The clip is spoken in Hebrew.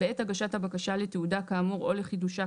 "בעת הגשת הבקשה לתעודה כאמור או לחידושה,